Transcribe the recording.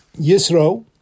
Yisro